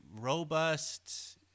robust